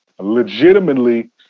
legitimately